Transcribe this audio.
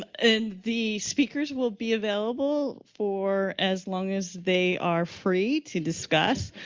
and the speakers will be available for as long as they are free to discuss.